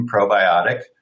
probiotic